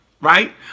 right